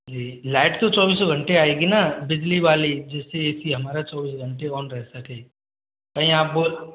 जी light तो चौबिसौ घंटे आएगी न बिजली वाली जिससे ए सी हमारा चौबीस घंटे ऑन रह सके कहीं आप